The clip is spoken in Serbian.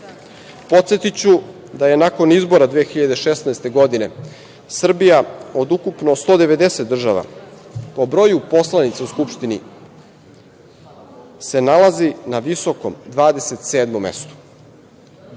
da je nakon izbora 2016. godine, Srbija od ukupno 190 država, po broju poslanica u Skupštini se nalazi na visokom 27 mestu.